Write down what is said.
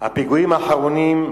הפיגועים האחרונים,